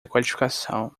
codificação